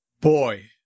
Boy